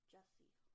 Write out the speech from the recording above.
Jesse